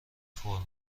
فرم